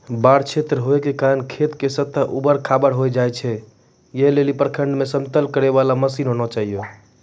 बाढ़ क्षेत्र होय के कारण खेत के सतह ऊबड़ खाबड़ होय जाए छैय, ऐ लेली प्रखंडों मे समतल करे वाला मसीन होना चाहिए?